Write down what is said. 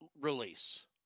Release